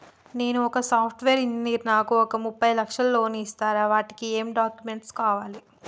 నేను ఒక software engineer నాకు ఒక ముప్పై లక్షల లోన్ ఇస్తరా? వాటికి ఏం డాక్యుమెంట్స్ కావాలి?